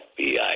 FBI